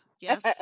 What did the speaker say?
yes